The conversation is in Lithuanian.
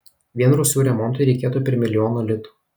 vien rūsių remontui reikėtų per milijono litų